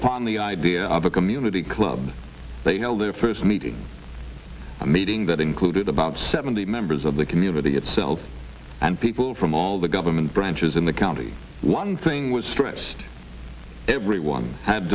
upon the idea of a community club they held their first meeting a meeting that included about seventy members of the community itself and people from all the government branches in the county one thing was stressed everyone had